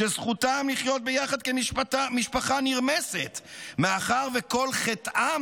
זכותם לחיות ביחד כמשפחה נרמסת, מאחר שכל "חטאם"